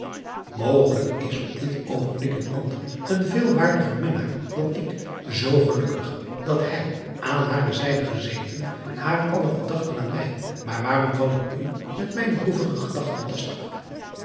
ogelijk is op dit oogenblik een ander een veel waardiger minnaar dan ik zoo gelukkig dat hij aan hare zijde driaan oosjes zn et leven van illegonda uisman gezeten haar alle gedachten aan mij maar waarom val ik u met mijne droevige gedachten lastig